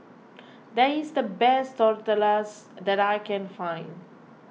that is the best Tortillas that I can find